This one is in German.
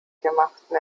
gemachten